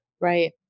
Right